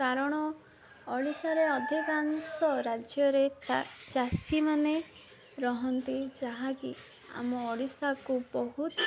କାରଣ ଓଡ଼ିଶାରେ ଅଧିକାଂଶ ରାଜ୍ୟରେ ଚାଷୀମାନେ ରହନ୍ତି ଯାହାକି ଆମ ଓଡ଼ିଶାକୁ ବହୁତ